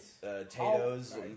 potatoes